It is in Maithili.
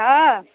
हँ